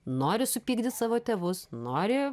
nori supykdyt savo tėvus nori